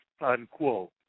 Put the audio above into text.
unquote